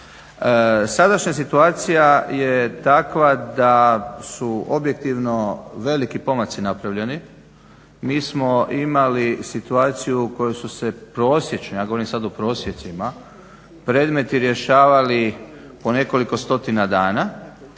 Sadašnja situacija je takva da su objektivno veliki pomaci napravljeni. Mi smo imali situaciju u kojoj su se prosjeci, ja sad govorim o prosjecima, predmeti rješavali po nekoliko stotina dana.